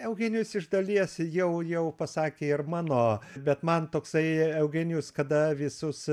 eugenijus iš dalies jau jau pasakė ir mano bet man toksai eugenijus kada visus